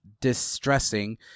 distressing